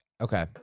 Okay